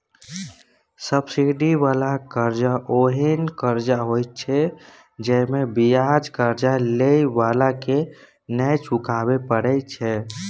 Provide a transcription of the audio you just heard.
subsidy बला कर्जा ओहेन कर्जा होइत छै जइमे बियाज कर्जा लेइ बला के नै चुकाबे परे छै